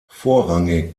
vorrangig